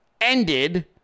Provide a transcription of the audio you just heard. ended